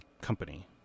company